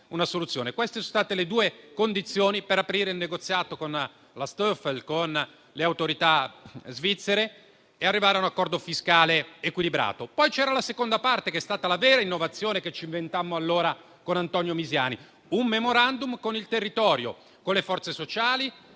Queste sono state le due condizioni per aprire il negoziato con la Stoffel e con le autorità svizzere e arrivare a un accordo fiscale equilibrato. C'era poi la seconda parte, che è stata la vera innovazione che ci inventammo allora con Antonio Misiani, un *memorandum* con il territorio, con le forze sociali